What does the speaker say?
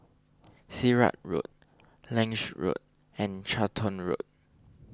Sirat Road Lange Road and Charlton Road